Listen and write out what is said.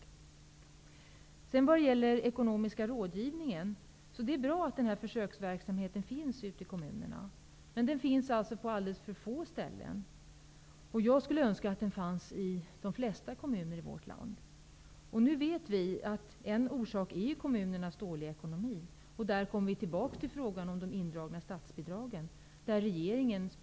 Vidare har vi frågan om den ekonomiska rådgivningen. Det är bra att försöksverksamheten finns ute i kommunerna. Men rådgivningen finns på alldeles för få ställen. Jag önskar att den fanns i de flesta kommunerna i vårt land. Nu vet vi att en orsak är kommunernas dåliga ekonomi. Där kommer vi tillbaks till frågan om de indragna statsbidragen och den viktiga roll regeringen har.